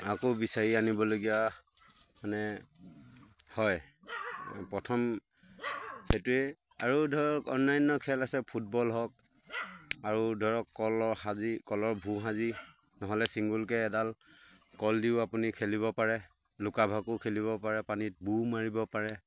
আকৌ বিচাৰি আনিবলগীয়া মানে হয় প্ৰথম সেইটোৱেই আৰু ধৰক অন্যান্য খেল আছে ফুটবল হওক আৰু ধৰক কলৰ সাজি কলৰ ভূৰ সাজি নহ'লে চিংগুলকৈ এডাল কল দিও আপুনি খেলিব পাৰে লুকা ভাকো খেলিব পাৰে পানীত বুৰ মাৰিব পাৰে